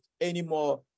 Anymore